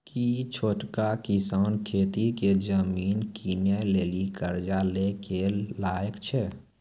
कि छोटका किसान खेती के जमीन किनै लेली कर्जा लै के लायक छै?